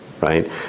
right